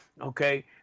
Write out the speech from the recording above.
okay